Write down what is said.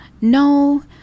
No